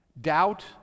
doubt